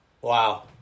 Wow